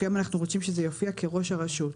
כיום אנחנו בעצם רוצים שזה יופיע כ"ראש הרשות",